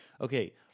Okay